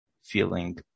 feeling